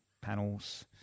panels